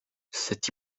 cette